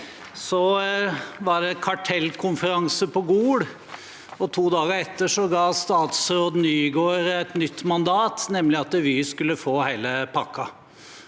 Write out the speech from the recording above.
Så var det kartellkonferanse på Gol, og to dager etter ga statsråd Nygård et nytt mandat, nemlig at Vy skulle få hele pakken